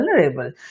vulnerable